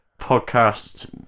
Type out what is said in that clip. Podcast